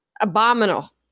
abominable